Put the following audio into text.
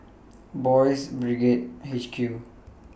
Boys' Brigade H Q